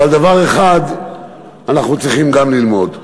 אבל דבר אחד אנחנו צריכים גם ללמוד.